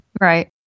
Right